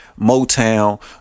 Motown